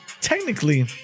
technically